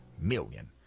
million